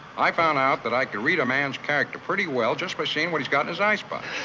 i found out that i could read a man's character pretty well just by seeing what he's got in his icebox.